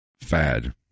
Fad